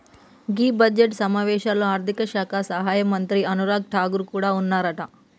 గీ budget సమావేశాల్లో ఆర్థిక శాఖ సహాయక మంత్రి అనురాగ్ ఠాగూర్ కూడా ఉన్నారట